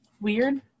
weird